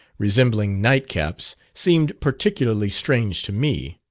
resembling nightcaps, seemed particularly strange to me.